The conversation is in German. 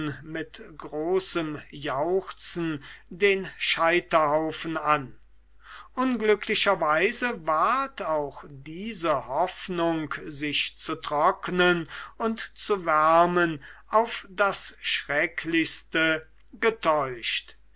mit großem jauchzen den scheiterhaufen an unglücklicherweise ward auch diese hoffnung sich zu trocknen und zu wärmen auf das schrecklichste getäuscht